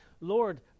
Lord